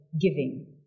giving